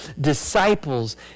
disciples